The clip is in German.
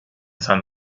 san